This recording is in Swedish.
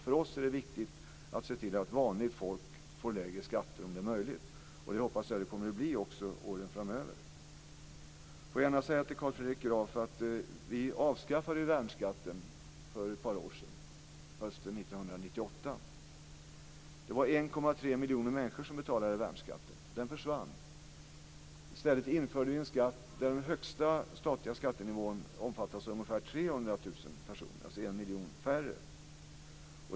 För oss är det viktigt att se till att vanligt folk får lägre skatter om det är möjligt. Det hoppas jag att det också kommer att bli under åren framöver. Till Carl Fredrik Graf vill jag säga att vi avskaffade värnskatten för ett par år sedan, hösten 1998. Det var 1,3 miljoner människor som betalade värnskatt. Den togs bort och i stället införde vi en skatt för den högsta statliga skattenivån som omfattas av ca 300 000 personer, alltså 1 miljon färre.